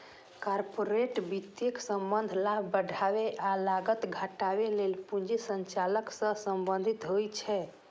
corporate वित्तक संबंध लाभ बढ़ाबै आ लागत घटाबै लेल पूंजी संचालन सं संबंधित होइ छै